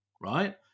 right